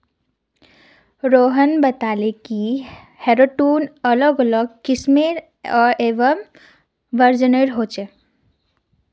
रोहन बताले कि harrow tool अलग अलग किस्म एवं वजनेर ह छे